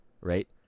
right